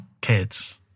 kids